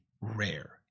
rare